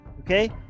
okay